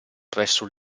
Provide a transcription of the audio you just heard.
presso